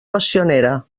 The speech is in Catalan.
passionera